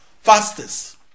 fastest